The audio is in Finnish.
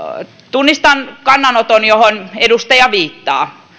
tunnistan kannanoton johon edustaja viittaa